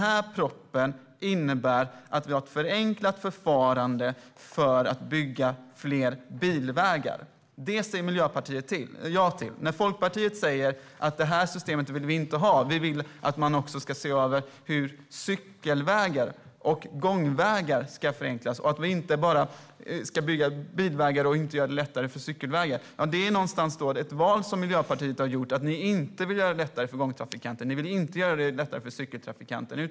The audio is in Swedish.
Propositionen innebär att vi har ett förenklat förfarande för att bygga fler bilvägar. Det säger Miljöpartiet ja till. Folkpartiet säger att vi inte vill ha detta system utan att vi vill att man också ska se över hur cykelvägar och gångvägar ska förenklas. Vi ska inte bara bygga bilvägar och låta bli att göra det lättare för cykelvägar. Det är någonstans ett val som Miljöpartiet har gjort: Ni vill inte göra det lättare för gångtrafikanter, och ni vill inte göra det lättare för cykeltrafikanter.